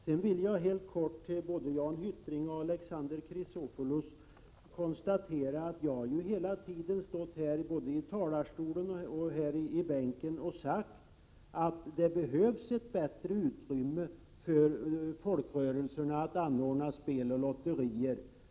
Sedan vill jag helt kort säga till både Jan Hyttring och Alexander Chrisopoulos att jag hela tiden har sagt att det behövs ett bättre utrymme för folkrörelserna att anordna spel och lotterier.